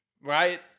right